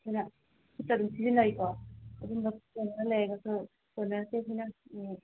ꯑꯗꯨꯅ ꯁꯤꯖꯤꯟꯅꯔꯤꯀꯣ ꯑꯗꯨꯝꯕ ꯇꯣꯅꯔ ꯂꯩꯔꯒꯁꯨ ꯇꯣꯅꯔꯁꯦ ꯑꯩꯈꯣꯏꯅ ꯎꯝ